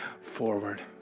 forward